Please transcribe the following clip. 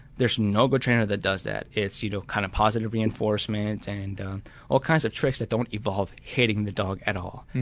there's no good trainer that does that, it's you know kind of positive reinforcement, and all kinds of tricks that doesn't involve hitting the dog at all.